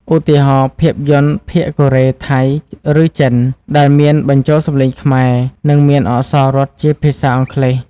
ឧទាហរណ៍ ភាពយន្តភាគកូរ៉េ ថៃ ឬចិន ដែលមានបញ្ចូលសំឡេងខ្មែរ និងមានអក្សររត់ជាភាសាអង់គ្លេស។